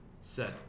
set